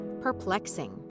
perplexing